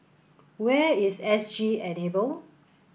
where is S G Enable